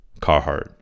Carhartt